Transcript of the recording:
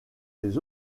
les